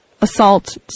assault